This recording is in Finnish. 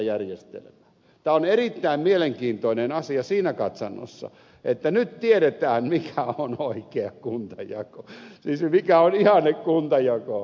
tämä on erittäin mielenkiintoinen asia siinä katsannossa että nyt tiedetään mikä on oikea kuntajako siis mikä on ihannekuntajako